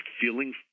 feeling